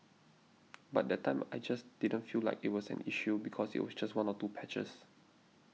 but that time I just didn't feel like it was an issue because it was just one or two patches